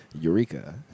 Eureka